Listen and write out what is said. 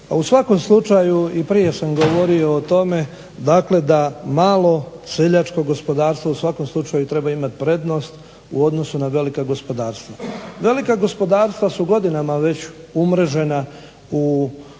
Pa u svakom slučaju i prije sam govorio o tome, dakle da malo seljačko gospodarstvo u svakom slučaju treba imat prednost u odnosu na velika gospodarstva. Velika gospodarstva su godinama umrežena u